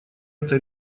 это